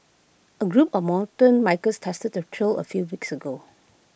A group of mountain bikers tested the trail A few weeks ago